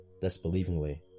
disbelievingly